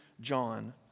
John